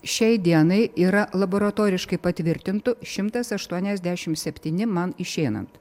šiai dienai yra laboratoriškai patvirtintų šimtas aštuoniasdešimt septyni man išeinant